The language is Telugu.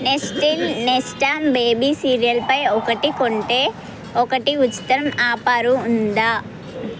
నెస్టిమ్ నెస్టమ్ బేబీ సిరియల్పై ఒకటి కొంటే ఒకటి ఉచితం ఆఫరు ఉందా